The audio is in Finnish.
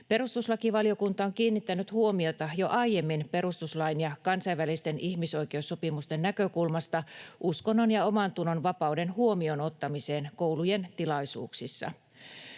Perustuslakivaliokunta on kiinnittänyt huomiota jo aiemmin perustuslain ja kansainvälisten ihmisoikeussopimusten näkökulmasta uskonnon ja omantunnon vapauden huomioon ottamiseen koulujen tilaisuuksissa.